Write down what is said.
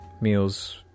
meals